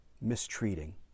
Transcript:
mistreating